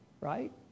Right